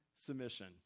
Submission